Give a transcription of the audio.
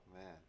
man